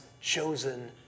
chosen